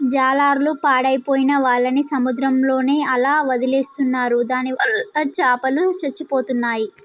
జాలర్లు పాడైపోయిన వాళ్ళని సముద్రంలోనే అలా వదిలేస్తున్నారు దానివల్ల చాపలు చచ్చిపోతున్నాయి